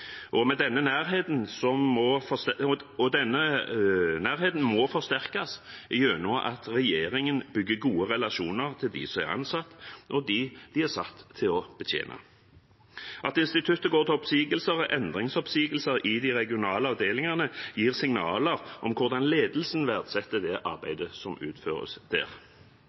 Denne nærheten må forsterkes gjennom at regjeringen bygger gode relasjoner til dem som er ansatt, og til dem de er satt til å betjene. At instituttet går til oppsigelser og endringsoppsigelser i de regionale avdelingene, gir signaler om hvordan ledelsen verdsetter det arbeidet som utføres der.